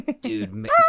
dude